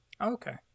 Okay